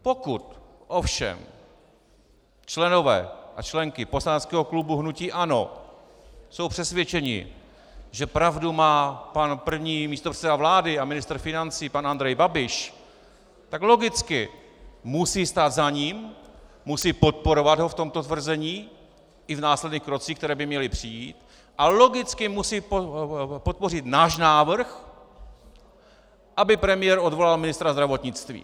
Pokud ovšem členové a členky poslaneckého klubu hnutí ANO jsou přesvědčeni, že pravdu má pan první místopředseda vlády a ministr financí pan Andrej Babiš, tak logicky musí stát za ním, musí ho podporovat v tomto tvrzení i v následných krocích, které by měly přijít, a logicky musí podpořit náš návrh, aby premiér odvolal ministra zdravotnictví.